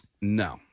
No